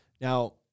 Now